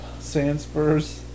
Sandspurs